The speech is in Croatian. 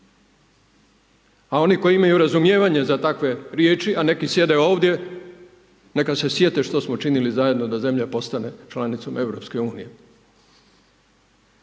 a oni koji imaju razumijevanja za takve riječi, a neki sjede ovdje, neka se sjete što smo činili zajedno da zemlja postane članicom